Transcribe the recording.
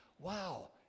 Wow